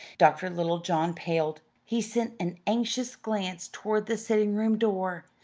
dr. littlejohn paled. he sent an anxious glance toward the sitting-room door,